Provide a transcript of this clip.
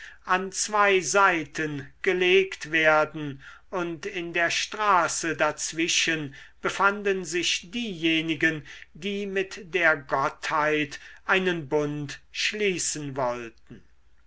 an zwei seiten gelegt werden und in der straße dazwischen befanden sich diejenigen die mit der gottheit einen bund schließen wollten